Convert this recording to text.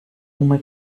uma